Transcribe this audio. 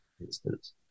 Instance